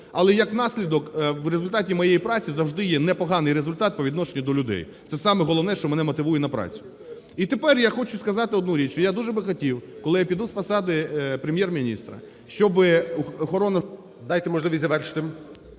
але як наслідок в результаті моєї праці завжди є непоганий результат по відношенню до людей – це саме головне, що мене мотивує на працю. І тепер я хочу сказати одну річ, що я дуже би хотів, коли я піду з посади Прем'єр-міністра, щоби охорона… ГОЛОВУЮЧИЙ. Дайте можливість завершити.